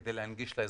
כדי להנגיש לאזרחים,